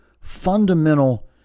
fundamental